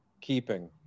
keeping